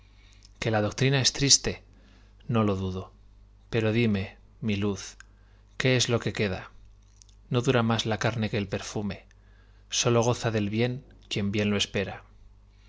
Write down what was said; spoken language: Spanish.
que la doctrina es triste no lo dudo pero díme mi luz qué es lo que queda no dura más la carne que el perfume sólo goza del bien quien bien lo espera